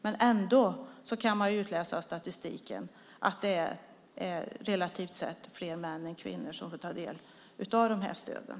Men ändå kan man utläsa av statistiken att det relativt sett är fler män än kvinnor som får ta del av de här stöden.